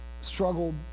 struggled